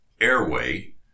airway